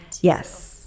Yes